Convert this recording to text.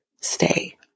stay